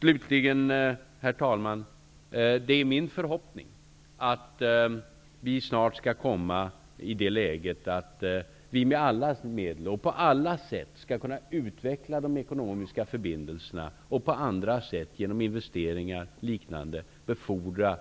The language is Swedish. Slutligen, herr talman, är det min förhoppning att vi snart skall komma i det läge att vi på alla sätt skall kunna utveckla de ekonomiska förbindelserna genom investeringar m.m. för att befordra